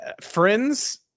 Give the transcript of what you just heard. friends